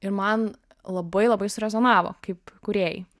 ir man labai labai surezonavo kaip kūrėjai